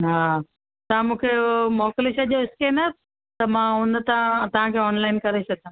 हा तव्हां मूंखे हो मोकिले छॾियो स्कैनर त मां उनतां तव्हांखे ऑनलाइन करे छॾदमि